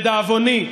לדאבוני,